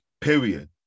period